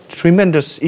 tremendous